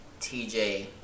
TJ